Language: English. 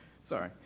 Sorry